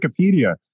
Wikipedia